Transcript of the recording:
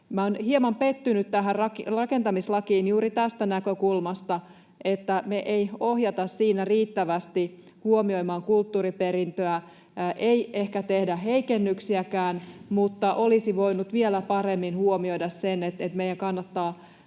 Olen hieman pettynyt tähän rakentamislakiin juuri tästä näkökulmasta, että me ei ohjata siinä riittävästi huomioimaan kulttuuriperintöä, ei ehkä tehdä heikennyksiäkään, mutta olisi voinut vielä paremmin huomioida sen, että meidän kannattaa